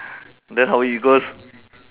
then how it goes